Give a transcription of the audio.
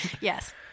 Yes